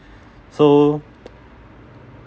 so